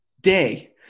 day